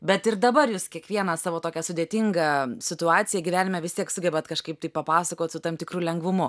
bet ir dabar jūs kiekvieną savo tokią sudėtingą situaciją gyvenime vis tiek sugebat kažkaip tai papasakot su tam tikru lengvumu